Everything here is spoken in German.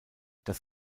das